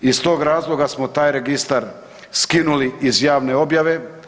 Iz tog razloga smo taj registar skinuli iz javne objave.